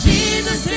Jesus